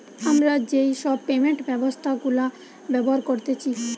আমরা যেই সব পেমেন্ট ব্যবস্থা গুলা ব্যবহার করতেছি